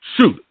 Shoot